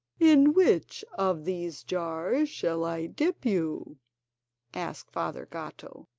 in which of these jars shall i dip you asked father gatto,